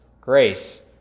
grace